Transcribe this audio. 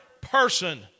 person